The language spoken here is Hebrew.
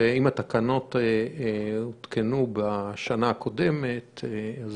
ואם התקנות הותקנו בשנה הקודמת אז